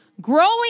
growing